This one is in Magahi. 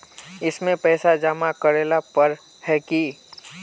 इसमें पैसा जमा करेला पर है की?